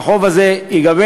והחוב הזה ייגבה.